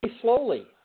Slowly